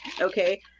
okay